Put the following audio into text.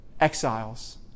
Exiles